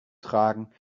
tragen